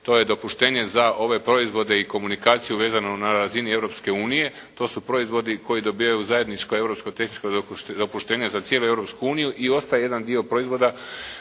To je dopuštenje za ove proizvode i komunikaciju vezanu na razini Europske unije. To su proizvodi koji dobijaju zajedničko europsko tehničko dopuštenje za cijelu Europsku uniju i ostaje jedan dio proizvoda